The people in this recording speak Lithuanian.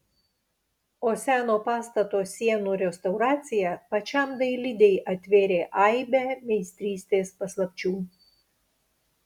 o seno pastato sienų restauracija pačiam dailidei atvėrė aibę meistrystės paslapčių